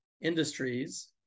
industries